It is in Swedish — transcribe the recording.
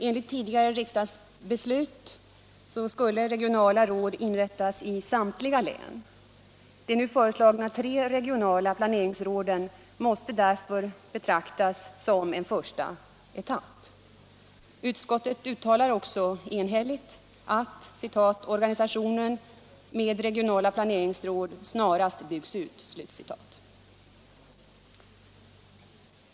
Enligt tidigare riksdagsbeslut skulle regionala råd inrättas i samtliga län. De nu föreslagna tre regionala planeringsråden måste därför 39 betraktas som en första etapp. Utskottet uttalar också enhälligt att det förutsätter att ”organisationen med regionala planeringsråd snarast byggs ut”.